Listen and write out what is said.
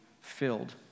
filled